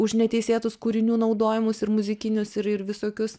už neteisėtus kūrinių naudojimus ir muzikinius ir ir visokius